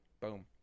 boom